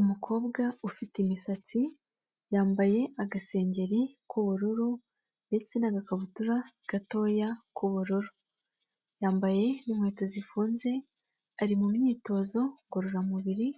Umukobwa ufite imisatsi, yambaye agasengeri k'ubururu ndetse n'agakabutura gatoya k'ubururu, yambaye inkweto zifunze ari mu myitozo ngororamubiri